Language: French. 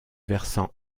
versant